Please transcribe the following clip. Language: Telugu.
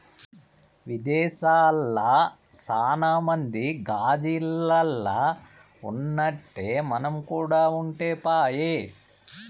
విదేశాల్ల సాన మంది గాజిల్లల్ల ఉన్నట్టే మనం కూడా ఉంటే పాయె